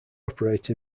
operate